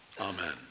amen